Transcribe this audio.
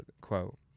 quote